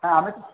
হ্যাঁ আমি